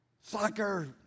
Soccer